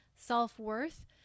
self-worth